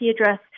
address